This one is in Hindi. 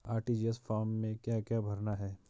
आर.टी.जी.एस फार्म में क्या क्या भरना है?